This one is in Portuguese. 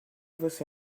você